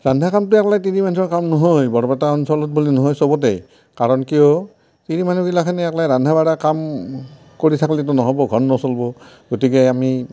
ৰন্ধা কামটো অকল তিৰী মানুহৰ কাম নহয় বৰপেটা অঞ্চলত বুলি নহয় চবতে কাৰণ কিয় তিৰী মানুহগিলাখেনে অকলে ৰন্ধা বঢ়া কাম কৰি থাকিলেতো নহ'ব ঘৰ নচলিব গতিকে আমি